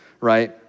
right